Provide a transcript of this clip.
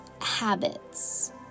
Habits